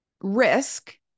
risk